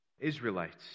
israelites